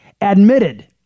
admitted